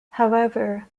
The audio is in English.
however